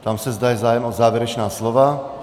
Ptám se, zda je zájem o závěrečná slova.